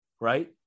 Right